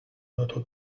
notre